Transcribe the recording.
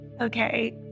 Okay